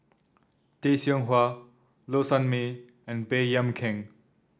Tay Seow Huah Low Sanmay and Baey Yam Keng